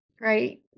Right